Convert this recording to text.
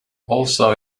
also